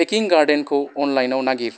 पेकिं गार्डेनखौ अनलाइनाव नागिर